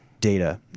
data